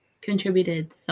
contributed